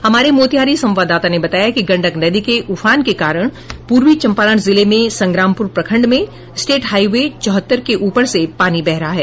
हमारे मोतिहारी संवाददाता ने बताया है कि गंडक नदी के उफान के कारण पूर्वी चंपारण जिले में संग्रामपुर प्रखंड में स्टेट हाईवे चौहत्तर के ऊपर से पानी बह रहा है